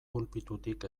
pulpitutik